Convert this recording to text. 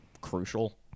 crucial